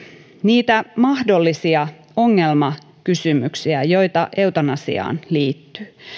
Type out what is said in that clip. niitä mahdollisia ongelmakysymyksiä joita eutanasiaan liittyy